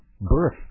birth